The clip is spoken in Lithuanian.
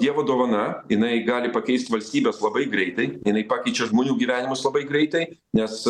dievo dovana jinai gali pakeist valstybes labai greitai jinai pakeičia žmonių gyvenimus labai greitai nes